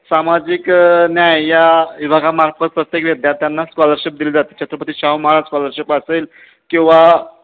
सामाजिक न्याय या विभागामार्फत प्रत्येक विद्यार्थ्यांना स्कॉलरशिप दिली जाते छत्रपती शाहू महाराज स्कॉलरशिप असेल किंवा